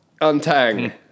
untang